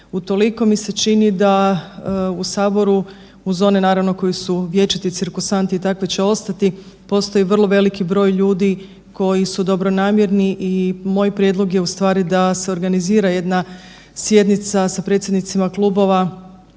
Utoliko mi se čini da u saboru uz one naravno koji su vječiti cirkusanti i takvi će ostati, postoji vrlo veliki broj ljudi koji su dobronamjerni i moj prijedlog je u stvari da se organizira jedna sjednica sa predsjednicima klubova